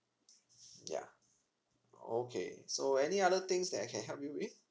yeah okay so any other things that I can help you with